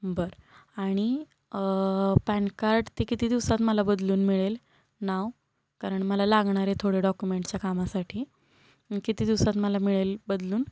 बर आणि pan card ते किती दिवसात मला बदलून मिळेल नाव कारण मला लागणार आहे थोड्या डॉक्युमेंटच्या कामासाठी किती दिवसात मला मिळेल बदलून